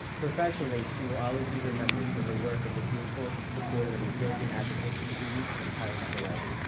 professionally, she will always be remembered for her work as a dutiful supportive and encouraging advocate for students and colleagues alike.